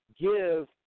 give